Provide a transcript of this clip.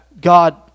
God